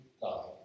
god